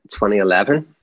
2011